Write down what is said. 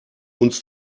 uns